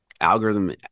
algorithm